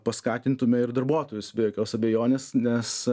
paskatintume ir darbuotojus be jokios abejonės nes